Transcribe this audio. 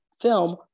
film